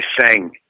sang